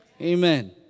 Amen